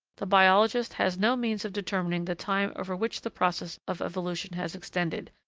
the biologist has no means of determining the time over which the process of evolution has extended,